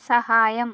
സഹായം